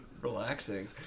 relaxing